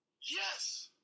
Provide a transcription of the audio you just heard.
Yes